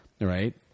right